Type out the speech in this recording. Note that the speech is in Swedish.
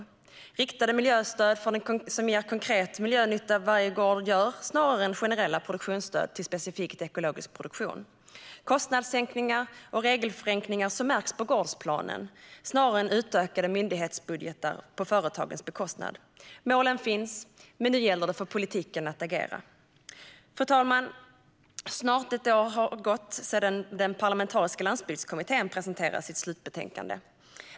Det behövs riktade miljöstöd för den konkreta miljönytta varje gård gör snarare än generella produktionsstöd till specifikt ekologisk produktion. Det behövs kostnadssänkningar och regelförenklingar som märks på gårdsplanen snarare än utökade myndighetsbudgetar på företagens bekostnad. Målen finns, men nu gäller det för politiken att agera. Fru talman! Snart ett år har gått sedan den parlamentariska landsbygdskommittén presenterade sitt slutbetänkande.